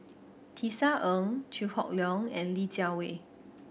Tisa Ng Chew Hock Leong and Li Jiawei